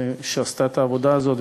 שעשתה את העבודה הזאת,